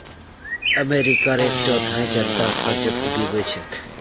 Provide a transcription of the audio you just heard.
अमेरिकार एक चौथाई जनता कर्जत डूबे छेक